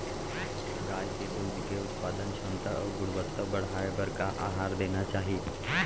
गाय के दूध के उत्पादन क्षमता अऊ गुणवत्ता बढ़ाये बर का आहार देना चाही?